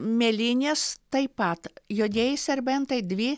mėlynės taip pat juodieji serbentai dvi